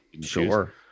Sure